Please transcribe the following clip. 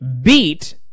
beat